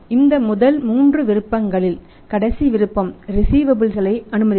இந்த முதல் மூன்று விருப்பங்களில் கடைசி விருப்பம் ரிஸீவபல்ஸ் களை அனுமதித்தல்